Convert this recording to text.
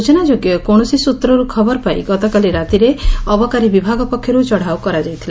ସୂଚନାଯୋଗ୍ୟ କୌଣସି ସୂତ୍ରରୁ ଖବର ପାଇ ଗତକାଲି ରାତିରେ ଅବକାରୀ ବିଭାଗ ପକ୍ଷରୁ ଚଢ଼ଉ କରାଯାଇଥିଲା